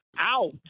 out